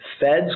Fed's